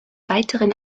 weiteren